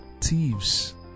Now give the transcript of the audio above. thieves